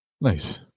Nice